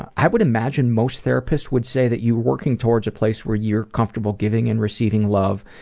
i would imagine most therapists would say that you working towards a place where you're comfortable giving and receiving love,